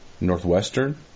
Northwestern